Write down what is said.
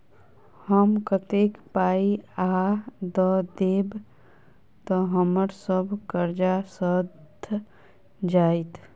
हम कतेक पाई आ दऽ देब तऽ हम्मर सब कर्जा सैध जाइत?